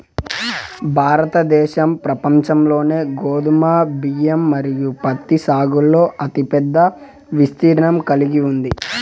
భారతదేశం ప్రపంచంలోనే గోధుమ, బియ్యం మరియు పత్తి సాగులో అతిపెద్ద విస్తీర్ణం కలిగి ఉంది